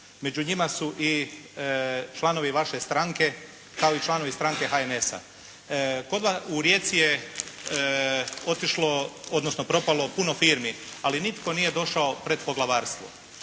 među njima su i članovi vaše stranke kao i članovi stranke HNS-a. U Rijeci je otišlo, odnosno propalo puno firmi, ali nitko nije došao pred poglavarstvo.